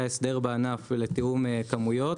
היה הסדר בענף לתיאום כמויות,